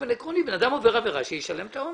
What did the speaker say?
בן אדם עובר עבירה, שישלם את העונש.